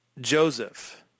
Joseph